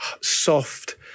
soft